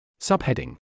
Subheading